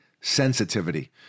sensitivity